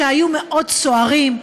שהיו מאוד סוערים,